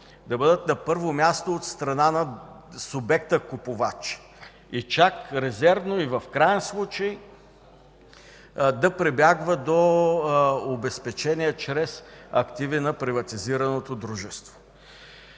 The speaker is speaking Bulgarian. да бъдат на първо място от страна на субекта – купувач, и чак резервно, и в краен случай да прибягва до обезпечение чрез активи на приватизираното дружество.